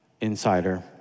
insider